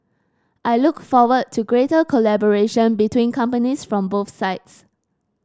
I look forward to greater collaboration between companies from both sides